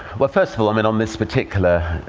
well, first of all, i mean on this particular